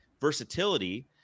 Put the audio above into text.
versatility